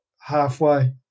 halfway